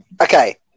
Okay